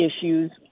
issues